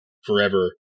forever